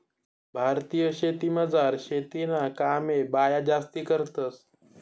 भारतीय शेतीमझार शेतीना कामे बाया जास्ती करतंस